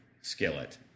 skillet